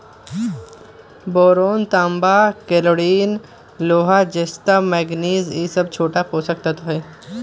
boron तांबा chlorine लोहा जस्ता मैग्निज ई स छोट पोषक तत्त्व हई